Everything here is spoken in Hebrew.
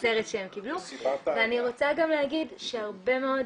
אני רוצה גם להגיד שהרבה מאוד,